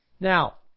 Now